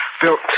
built